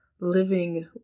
living